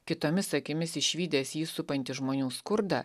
kitomis akimis išvydęs jį supantį žmonių skurdą